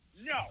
no